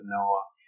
Noah